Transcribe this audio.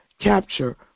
Capture